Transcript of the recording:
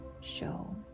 show